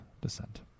descent